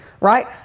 right